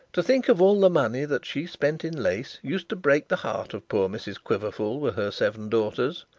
to think of all the money that she spent in lace used to break the heart of poor mrs quiverful with her seven daughters.